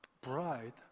bride